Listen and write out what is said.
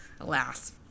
alas